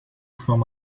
from